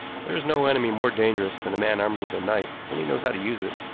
there is no enemy more dangerous than a man armed with a knife when he knows how to use it,